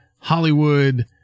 Hollywood